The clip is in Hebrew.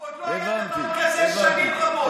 עוד לא היה דבר כזה שנים רבות.